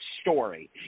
story